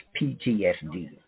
PTSD